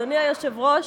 אדוני היושב-ראש,